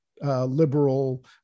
liberal